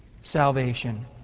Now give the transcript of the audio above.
salvation